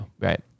right